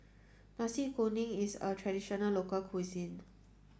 Nasi Kuning is a traditional local cuisine